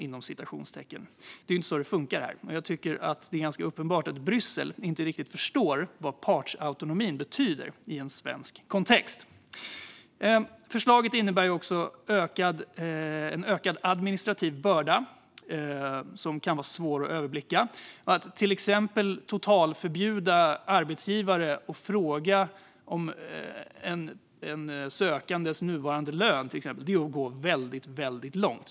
Det är inte så det funkar här, och jag tycker det är ganska uppenbart att Bryssel inte riktigt förstår vad partsautonomin betyder i en svensk kontext. Förslaget innebär också en ökad administrativ börda som kan vara svår att överblicka. Att till exempel totalförbjuda arbetsgivare att fråga om en sökandes nuvarande lön är att gå väldigt långt.